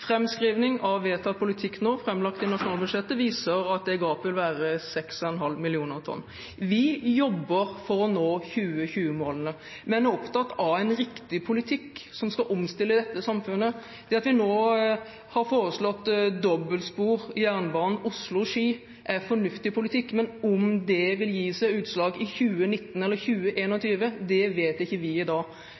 av vedtatt politikk nå, framlagt i nasjonalbudsjettet, viser at det gapet vil være 6,5 millioner tonn. Vi jobber for å nå 2020-målene, men vi er opptatt av en riktig politikk som skal omstille dette samfunnet. Det at vi nå har foreslått dobbeltspor for jernbanestrekningen Oslo–Ski, er fornuftig politikk, men om det vil gi seg utslag i 2019 eller 2021, vet ikke vi i dag.